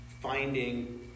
finding